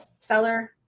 seller